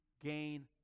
gain